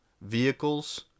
vehicles